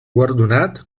guardonat